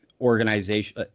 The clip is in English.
organization